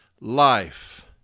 life